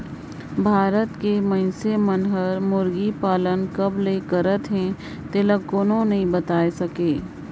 भारत के मइनसे मन हर मुरगी पालन कब ले करत हे तेला कोनो नइ बताय सके